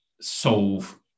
solve